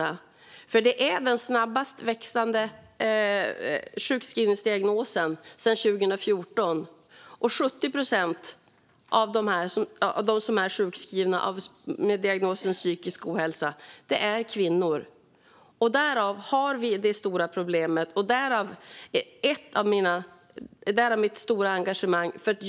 Det är sedan 2014 den snabbast växande sjukskrivningsdiagnosen, och 70 procent av de sjukskrivna med diagnosen psykisk ohälsa är kvinnor - därav det stora problemet och mitt stora engagemang.